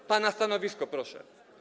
O pana stanowisko proszę.